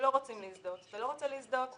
שלא רוצים להזדהות: אתה לא רוצה להזדהות?